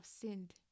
sinned